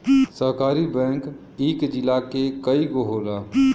सहकारी बैंक इक जिला में कई गो होला